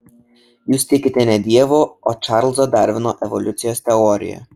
jūs tikite ne dievu o čarlzo darvino evoliucijos teorija